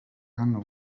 hano